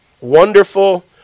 wonderful